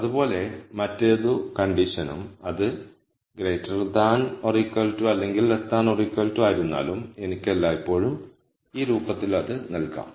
അതുപോലെ മറ്റേതു കണ്ടിഷനും അത് അല്ലെങ്കിൽ ആയിരുന്നാലും എനിക്ക് എല്ലായ്പ്പോഴും ഈ രൂപത്തിൽ അത് നൽകാം